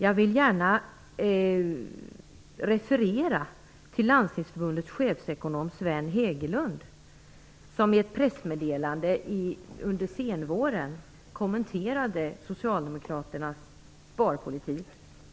Jag vill gärna referera till landstingsförbundets chefekonom, Sven Hegelund, som i ett pressmeddelande under senvåren kommenterade socialdemokraternas sparpolitik.